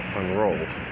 unrolled